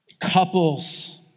couples